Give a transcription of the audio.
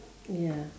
ya